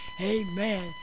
amen